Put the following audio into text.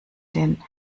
den